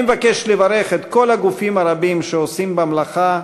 אני מבקש לברך את כל הגופים הרבים שעושים במלאכה,